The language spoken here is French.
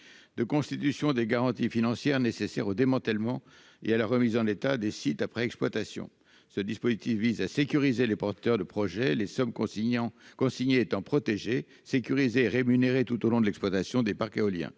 de constitution des garanties financières nécessaires au démantèlement et à la remise en état des sites après exploitation, ce dispositif vise à sécuriser les porteurs de projets, les sommes consignant consigné étant protégé, sécurisé rémunéré tout au long de l'exploitation des parcs éoliens,